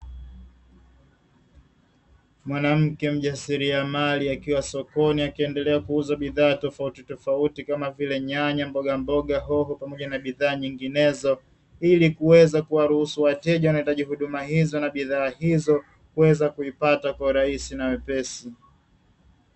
Mwanamke mjasiriamali akiwa sokoni, akiendelea kuuza bidhaa tofauti tofauti, kama vile: nyanya, mbogamboga, hoho pamoja na bidhaa nyinginezo, ili kuwaruhusu wateja wanaohitaji huduma hizo na bidhaa hizo kuweza kuzipata kwa urahisi na wepesi.